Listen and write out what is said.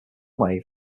wave